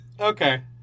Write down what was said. okay